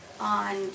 on